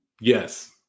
Yes